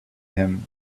him